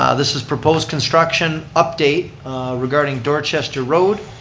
ah this is proposed construction update regarding dorchester road.